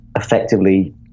effectively